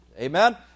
Amen